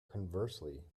conversely